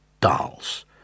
dolls